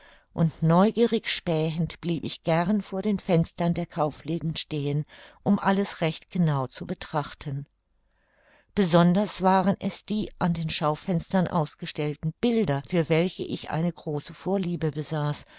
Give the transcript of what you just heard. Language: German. und neugierig spähend blieb ich gern vor den fenstern der kaufläden stehen um alles recht genau zu betrachten besonders waren es die an den schaufenstern ausgestellten bilder für welche ich eine große vorliebe besaß